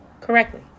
correctly